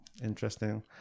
interesting